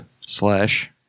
Slash